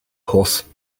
horse